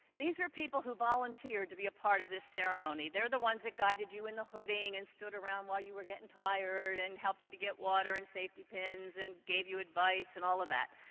these are people who volunteered to be a part of this ceremony. they're the ones that guided you in the hooding and stood around while you were getting tired and helped you to get water and safety pins and gave you advice and all of that.